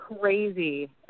crazy